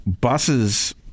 buses